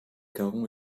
caron